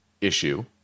issue